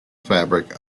fabric